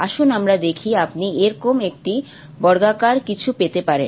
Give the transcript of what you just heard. আসুন আমরা দেখি আপনি এরকম একটি বর্গাকার কিছু পেতে পারেন